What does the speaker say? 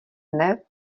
dne